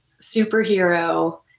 superhero